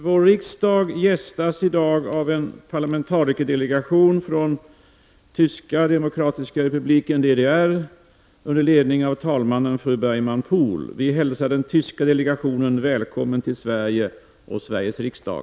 Vår riksdag gästas i dag av en parlamentarikerdelegation från Tyska demokratiska republiken DDR, under ledning av talmannen fru Bergmann Pohl. Vi hälsar den tyska delegationen välkommen till Sverige och Sveriges riksdag.